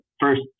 first